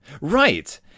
Right